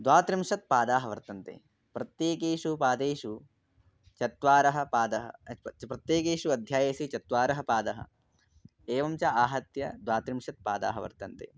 द्वात्रिंशत् पादाः वर्तन्ते प्रत्येकेषु पादेषु चत्वारः पादः प च प प्रत्येकेषु अध्यायेषु चत्वारः पादः एवं च आहत्य द्वात्रिंशत् पादाः वर्तन्ते